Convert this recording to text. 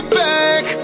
back